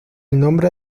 nombre